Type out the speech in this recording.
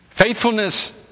Faithfulness